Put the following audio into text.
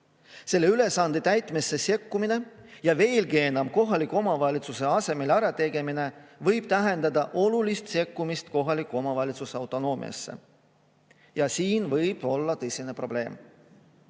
Selle ülesande täitmisse sekkumine ja veelgi enam, kohaliku omavalitsuse asemel ärategemine võib tähendada olulist sekkumist kohaliku omavalitsuse autonoomiasse. Siin võib olla tõsine probleem.